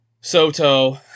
Soto